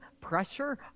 pressure